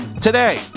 Today